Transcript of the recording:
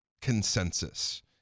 consensus